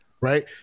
right